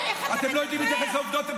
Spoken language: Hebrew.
אתם לא יודעים להתייחס לעובדות.